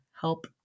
help